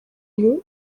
ubu